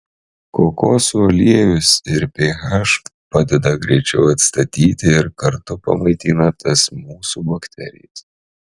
kokosų aliejus ir ph padeda greičiau atstatyti ir kartu pamaitina tas mūsų bakterijas